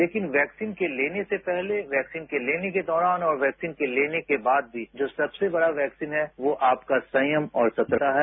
लेकिन वैक्सीन के लेने से पहले वैक्सीन के लेने के दौरान और वैक्सीन के लेने के बाद भी जो सबसे बड़ा वैक्सीन है वो आपका संयम और सतर्कता है